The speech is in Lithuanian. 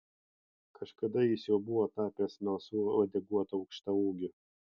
kažkada jis jau buvo tapęs melsvu uodeguotu aukštaūgiu